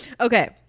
Okay